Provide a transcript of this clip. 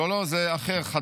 לא, זה חדש.